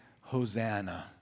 Hosanna